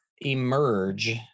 emerge